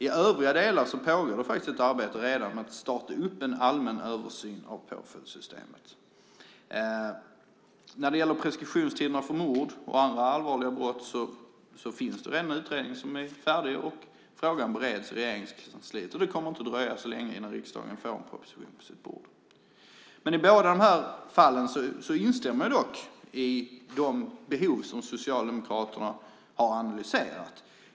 I övriga delar pågår redan ett arbete med att starta en allmän översyn av påföljdssystemet. När det gäller preskriptionstiden för mord och andra allvarliga brott finns det en färdig utredning. Frågan bereds i Regeringskansliet. Det kommer inte att dröja så länge tills en proposition ligger på riksdagens bord. I båda de här fallen instämmer jag i Socialdemokraternas behovsanalys.